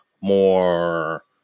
more